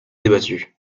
débattue